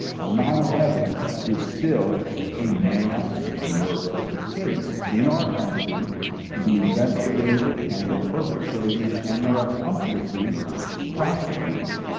um nine eleven is still a mass murder case in our country to be investigated and the perpetrators and their accomplices prosecuted.